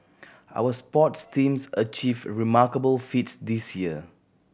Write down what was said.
our sports teams achieved remarkable feat this year